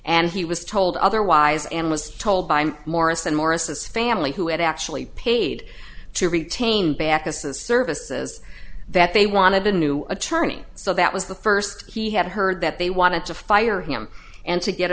and he was told otherwise and was told by morris and morris family who had actually paid to retain backus of services that they wanted a new attorney so that was the first he had heard that they wanted to fire him and to get